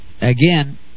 Again